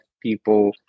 people